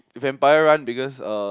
vampire run because uh